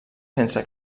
sense